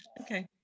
Okay